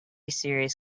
series